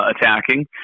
attacking